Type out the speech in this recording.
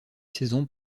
série